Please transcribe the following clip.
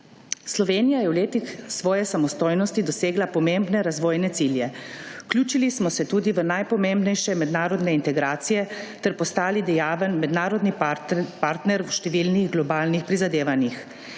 Slovenija je v letih svoje samostojnosti dosegla pomembne razvojne cilje. Vključili smo se tudi v najpomembnejše mednarodne integracije ter postali dejaven mednarodni partner v številnih globalnih prizadevanjih.